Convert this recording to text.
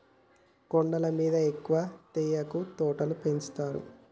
కొండల మీద ఎక్కువ తేయాకు తోటలు పెంచుతారు